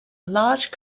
large